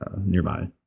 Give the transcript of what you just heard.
nearby